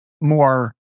more